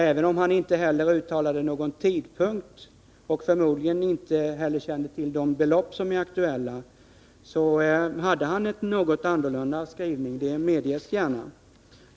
Även om han inte framförde någon mening beträffande tidpunkten och förmodligen inte heller kände till de belopp som är aktuella, så hade han en något annorlunda skrivning — det medges gärna.